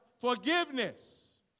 forgiveness